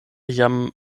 jam